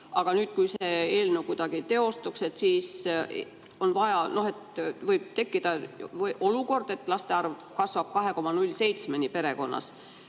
aga nüüd, kui see eelnõu kuidagi teostuks, võib tekkida olukord, et laste arv kasvab 2,07‑ni perekonnas.